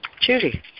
Judy